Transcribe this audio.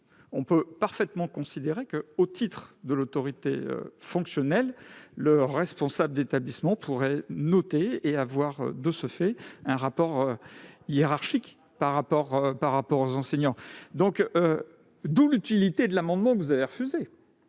On peut parfaitement considérer que, au titre de l'autorité fonctionnelle, le responsable d'établissement pourrait noter et avoir, de ce fait, un rapport hiérarchique sur les enseignants. D'où l'utilité de l'amendement précédent que vous avez rejeté.